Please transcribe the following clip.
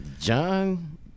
John